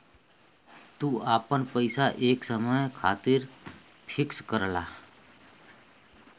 तू आपन पइसा एक समय खातिर फिक्स करला